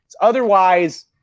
Otherwise